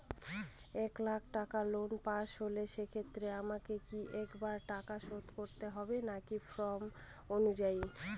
এক লাখ টাকা loan pass হল সেক্ষেত্রে আমাকে কি একবারে টাকা শোধ করতে হবে নাকি টার্ম অনুযায়ী?